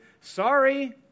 sorry